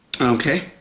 Okay